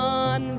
on